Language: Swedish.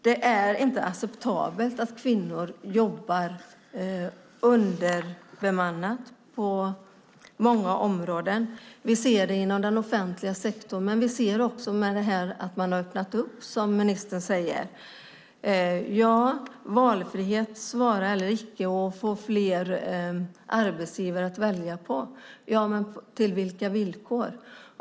Det är inte acceptabelt att kvinnor jobbar underbemannat på många områden. Vi ser det inom den offentliga sektorn. Vi ser dock också att man har öppnat upp, som ministern säger. Ja, valfrihetens vara eller icke vara och att få fler arbetsgivare att välja på - till vilka villkor sker det?